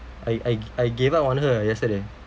I I I gave up on her yesterday